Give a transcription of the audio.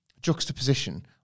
Juxtaposition